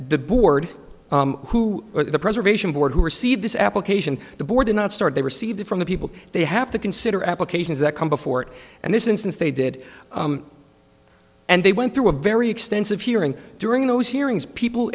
the board who are the preservation board who receive this application the board are not start they received from the people they have to consider applications that come before it and this instance they did and they went through a very extensive hearing during those hearings people